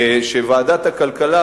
שוועדת הכלכלה,